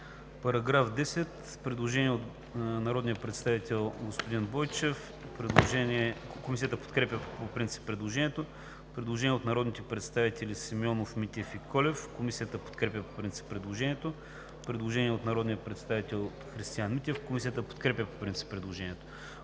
направено предложение от народния представител Димитър Бойчев. Комисията подкрепя по принцип предложението. Предложение от народните представители Валери Симеонов, Христиан Митев и Георги Колев. Комисията подкрепя по принцип предложението. Предложение от народния представител Христиан Митев. Комисията подкрепя по принцип предложението.